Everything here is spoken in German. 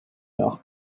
noch